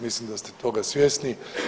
Mislim da ste toga svjesni.